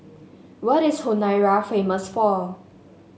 what is Honiara famous for